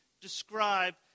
describe